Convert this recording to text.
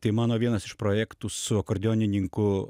tai mano vienas iš projektų su akordeonininku